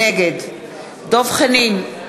נגד דב חנין,